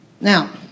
Now